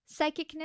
psychicness